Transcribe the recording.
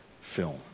film